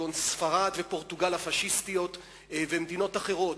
כגון ספרד ופורטוגל הפאשיסטיות ומדינות אחרות.